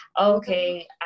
okay